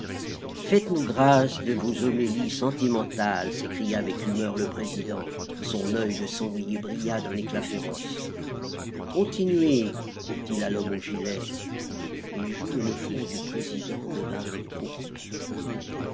faites-nous grâce de vos homélies sentimentales s'écria avec humeur le président son oeil de sanglier brilla d'un éclat féroce continuez dit-il à l'homme aux gilets les joues et le front du président devinrent pourpres